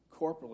corporately